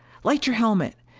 light your helmet!